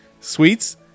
Sweets